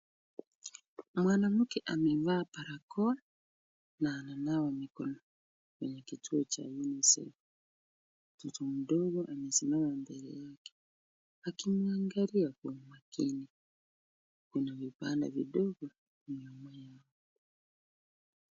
Mwanamke amevaa barakoa na ananawa mikono kwenye kituo cha nje. Mtoto mdogo amesimama mbele yake akimwangalia kwa umakini. Kuna vibanda vidogo nyuma yao.